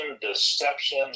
deception